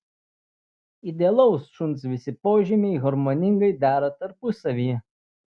idealaus šuns visi požymiai harmoningai dera tarpusavyje